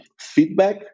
feedback